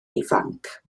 ifanc